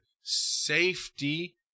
Safety